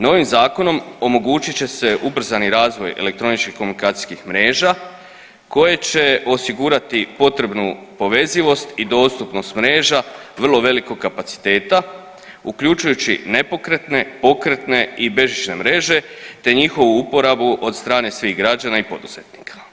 Novim zakonom omogućit će se ubrzani razvoj elektroničkih komunikacijskih mreža koje će osigurati potrebnu povezivost i dostupnost mreža vrlo velikog kapaciteta uključujući nepokretne, pokretne i bežične mreže te njihovu uporabu od strane svih građana i poduzetnika.